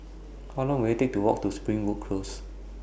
How Long Will IT Take to Walk to Springwood Close